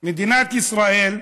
מדינת ישראל,